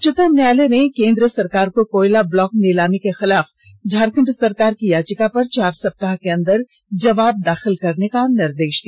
उच्चतम न्यायालय ने केंद सरकार को कोयला ब्लॉक नीलामी के खिलाफ झारखंड सरकार की याचिका पर चार सप्ताह के अंदर जवाब दाखिल करने का निर्देश दिया